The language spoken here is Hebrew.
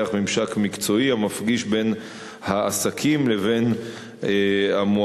ממשק מקצועי המפגיש בין העסקים לבין המועמדים,